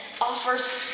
offers